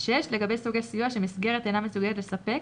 לגבי סוגי סיוע שמסגרת אינה מסוגלת לספק